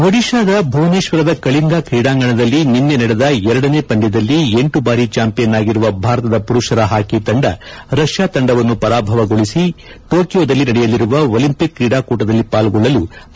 ಓಡಿತಾದ ಭುವನೇಶ್ವರದ ಕಳಿಂಗ ಕ್ರೀಡಾಂಗಣದಲ್ಲಿ ನಿನ್ನೆ ನಡೆದ ಎರಡನೇ ಪಂದ್ಯದಲ್ಲಿ ಎಂಟು ಬಾರಿ ಚಾಂಪಿಯನ್ ಆಗಿರುವ ಭಾರತದ ಪುರುಷರ ಹಾಕಿ ತಂಡ ರಷ್ಯಾ ತಂಡವನ್ನು ಪರಾಭವಗೊಳಿಸಿ ಟೋಕಿಯೋದಲ್ಲಿ ನಡೆಯಲಿರುವ ಒಲಿಂಪಿಕ್ ಕ್ರೀಡಾಕೂಟದಲ್ಲಿ ಪಾಲ್ಗೊಳ್ಳಲು ಅರ್ಹತೆ ಪಡೆಯಿತು